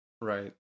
Right